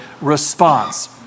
response